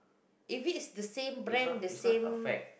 if it's the same brand the same